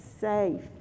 safe